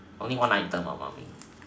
only one item ah mummy